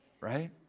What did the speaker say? right